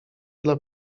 dla